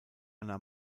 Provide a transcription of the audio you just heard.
anna